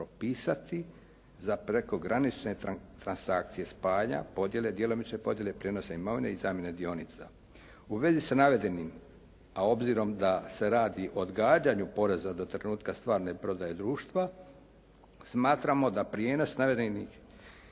za prekogranične transakcije spajanja, podjele, djelomične podjele prijenosa imovine i zamjene dionica. U vezi sa navedenim a obzirom da se radi o odgađanju poreza do trenutka stvarne prodaje društva smatramo da prijenos navedenih